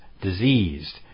diseased